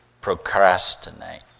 procrastinate